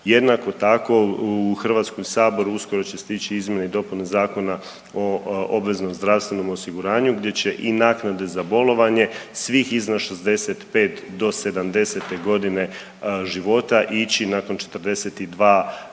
Jednako tako u HS uskoro će stići izmjene i dopune Zakona o obveznom zdravstvenom osiguranju gdje će i naknade za bolovanje svih iznad 65 do 70. godine života ići nakon 42 dana